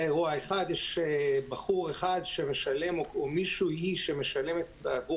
היה אירוע אחד שבחור או מישהו ששילם עבור